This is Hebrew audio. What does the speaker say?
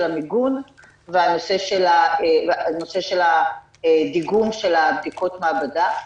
המיגון והנושא של הדיגום של בדיקות המעבדה.